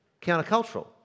countercultural